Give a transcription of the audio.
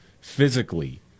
physically